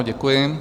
Děkuji.